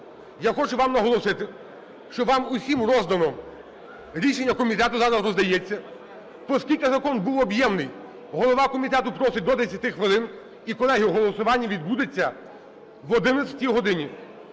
я хочу вам наголосити, що вам усім роздано рішення комітету, зараз роздається. Оскільки закон був об'ємний, голова комітету просить до 10 хвилин. І, колеги, голосування відбудеться об 11 годині,